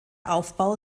aufbau